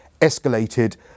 escalated